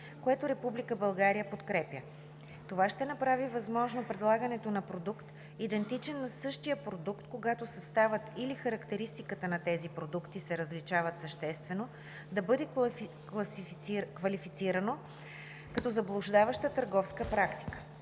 България подкрепя. Това ще направи възможно предлагането на продукт, идентичен на същия продукт, когато съставът или характеристиките на тези продукти се различават съществено, да бъде квалифицирано като заблуждаваща търговска практика.